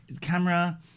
Camera